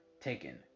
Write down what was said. taken